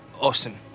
awesome